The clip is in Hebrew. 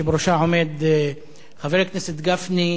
שבראשה עומד חבר הכנסת גפני,